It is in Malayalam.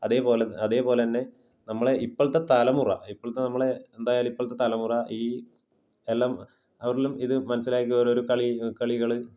അതേപോലെ അതേപോലെ തന്നെ നമ്മളെ ഇപ്പോഴത്തെ തലമുറ ഇപ്പോഴത്തെ നമ്മളെ എന്തായാലും ഇപ്പോഴത്തെ തലമുറ ഈ എല്ലാം അവരെല്ലാം ഇത് മനസിലാക്കി ഓരോരോ കളി കളികൾ